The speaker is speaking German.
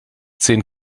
zehn